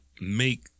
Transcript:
make